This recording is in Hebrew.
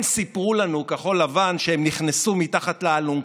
הם סיפרו לנו, כחול לבן, שהם נכנסו מתחת לאלונקה,